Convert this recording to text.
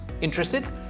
Interested